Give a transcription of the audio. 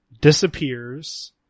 disappears